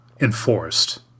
enforced